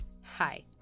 Hi